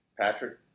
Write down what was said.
Patrick